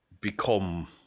become